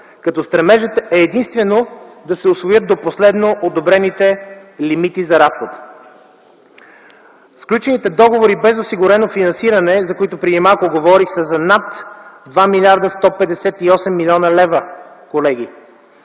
като стремежът е единствено да се усвоят до последно одобрените лимити за разход. Сключените договори без осигурено финансиране, за които преди малко говорих, са за над 2,158 млрд. лв.